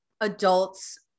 adults